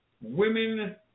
Women